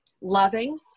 loving